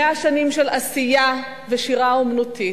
100 שנים של עשייה ושירה אמנותית,